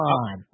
on